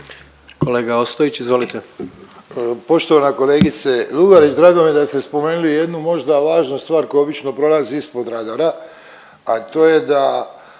**Ostojić, Ranko (SDP)** Poštovana kolegice Lugarić, drago mi je da ste spomenuli jednu možda važnu stvar koja obično prolazi ispod rada, a to je da